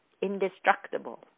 indestructible